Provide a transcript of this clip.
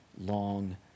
long